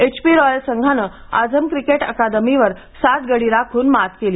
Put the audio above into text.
HP Royals संघाने Azam cricket अकादमीवर सात गडी राखून मात केली